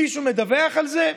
מישהו מדווח על זה?